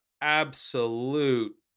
absolute